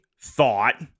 thought